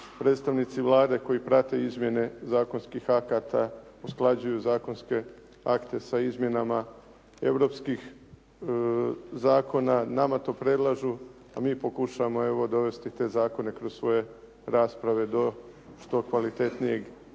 predstavnici Vlade koji prate izmjene zakonskih akata usklađuju zakonske akte sa izmjenama europskih zakona. Nama to predlažu, a mi pokušavamo evo dovesti te zakone kroz svoje rasprave do što kvalitetnijeg